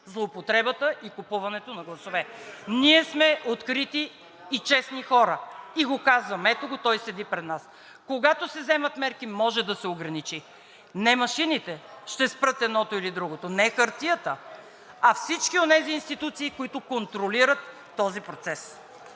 злоупотребата и купуването на гласове. Ние сме открити и честни хора и го казваме, ето го, той седи пред нас: когато се вземат мерки, може да се ограничи. Не машините ще спрат едното или другото, не хартията, а всички онези институции, които контролират този процес.